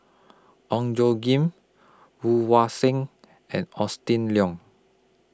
Ong Tjoe Kim Woon Wah Siang and Austen Lian